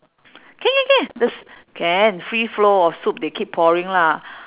can can can the s~ can free flow of soup they keep pouring lah